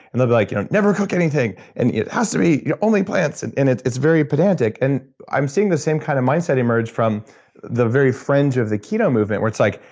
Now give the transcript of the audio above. and they'll be like, you know never cook anything. and it has to be yeah only plants. and and it's it's very pedantic. and i'm seeing the same kind of mindset emerge from the very fringe of the keto movement, where it's like,